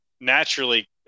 naturally